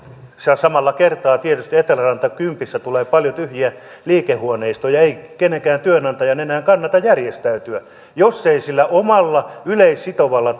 samalla kertaa tietysti eteläranta kympissä tulee paljon tyhjiä liikehuoneistoja ei kenenkään työnantajan enää kannata järjestäytyä jos ei sillä omalla yleissitovalla